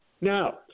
Now